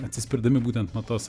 atsispirdami būtent nuo tos